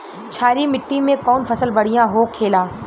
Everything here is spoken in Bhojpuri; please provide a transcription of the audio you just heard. क्षारीय मिट्टी में कौन फसल बढ़ियां हो खेला?